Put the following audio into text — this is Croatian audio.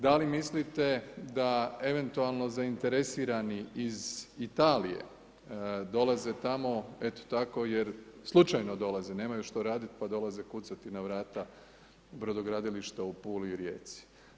Da li mislite da eventualno zainteresirani iz Italije dolaze tamo eto tako jer slučajno dolaze, nemaju što raditi pa dolaze kucati na vrata brodogradilišta u Puli i Rijeci?